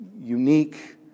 unique